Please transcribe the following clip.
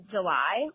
July